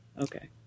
Okay